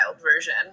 version